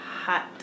hot